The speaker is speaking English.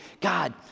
God